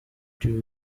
two